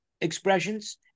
expressions